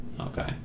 Okay